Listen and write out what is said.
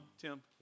Tim